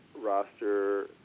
roster